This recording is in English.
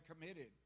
committed